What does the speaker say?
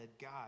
God